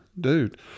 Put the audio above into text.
dude